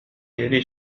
فعل